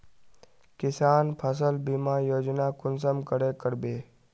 किसान फसल बीमा योजना कुंसम करे करबे?